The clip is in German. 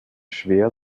schwer